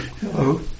Hello